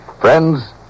Friends